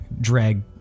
drag